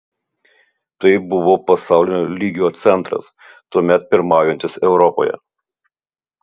tai buvo pasaulinio lygio centras tuomet pirmaujantis europoje